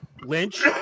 Lynch